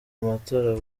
amatora